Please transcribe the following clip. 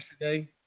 yesterday